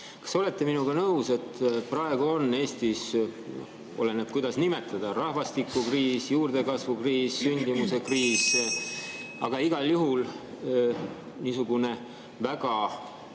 Kas te olete minuga nõus, et praegu on Eestis – oleneb, kuidas nimetada: rahvastikukriis, juurdekasvukriis, sündimuskriis – igal juhul niisugune väga